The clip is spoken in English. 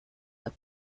but